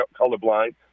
colorblind